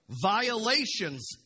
violations